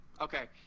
Okay